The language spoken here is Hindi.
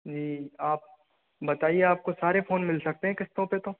जी आप बताइए आपको सारे फोन मिल सकते हैं किस्तों पे तो